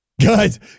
Guys